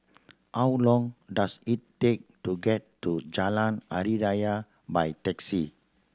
how long does it take to get to Jalan Hari Raya by taxi